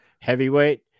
Heavyweight